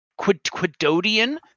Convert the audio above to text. quidodian